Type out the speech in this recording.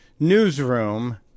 newsroom